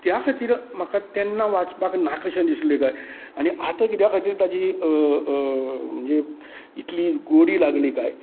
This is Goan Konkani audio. कित्या खातीर म्हाका तेन्ना वाचपाक नाकाशें दिसलें काय आनी आतां कित्या खातीर ताची म्हणजे इतली गोडी लागली काय